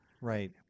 Right